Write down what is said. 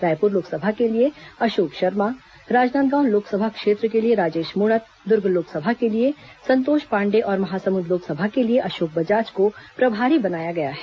रायपुर लोकसभा के लिये अशोक शर्मा राजनांदगांव लोकसभा क्षेत्र के लिये राजेश मूणत दुर्ग लोकसभा के लिये संतोष पांडे और महासंमुद लोकसभा के लिये अशोक बजाज को प्रभारी बनाया गया है